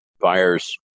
buyers